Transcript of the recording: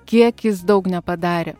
kiekis daug nepadarė